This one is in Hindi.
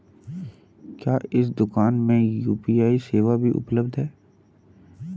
क्या इस दूकान में यू.पी.आई सेवा भी उपलब्ध है?